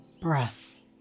breath